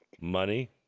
Money